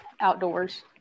Outdoors